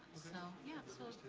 so, yeah. so,